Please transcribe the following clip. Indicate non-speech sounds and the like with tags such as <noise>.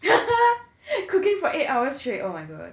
<laughs> cooking for eight hours straight oh my god